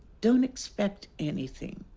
don't expect anything,